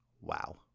wow